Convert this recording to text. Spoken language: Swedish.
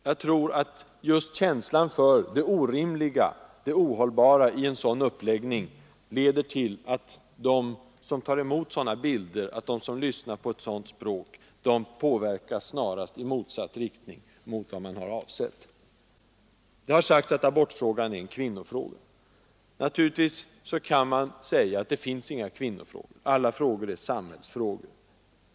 Jag tror att just känslan för det orimliga och ohållbara i en dylik uppläggning leder till att de som tar emot dessa bilder och lyssnar på detta språk snarast påverkas i motsatt riktning mot vad man har avsett. Det har sagts att abortfrågan är en kvinnofråga. Naturligtvis kan man invända att det inte finns några kvinnofrågor, att alla frågor är samhällsfrågor.